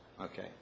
Okay